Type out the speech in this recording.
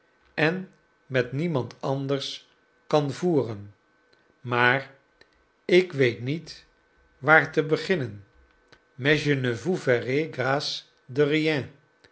en met niemand anders kan voeren maar ik weet niet waarmede te beginnen